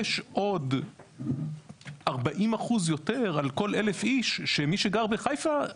יש עוד 40% יותר על כל אלף איש שמי שגר בחיפה,